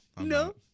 no